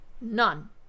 none